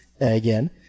again